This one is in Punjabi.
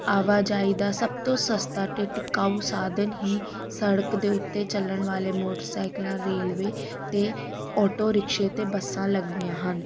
ਆਵਾਜਾਈ ਦਾ ਸਭ ਤੋਂ ਸਸਤਾ ਅਤੇ ਟਿਕਾਊ ਸਾਧਨ ਹੀ ਸੜਕ ਦੇ ਉੱਤੇ ਚੱਲਣ ਵਾਲੇ ਮੋਟਰਸਾਈਕਲਾਂ ਰੇਲਵੇ ਅਤੇ ਆਟੋ ਰਿਕਸ਼ੇ ਅਤੇ ਬੱਸਾਂ ਲੱਗਦੀਆਂ ਹਨ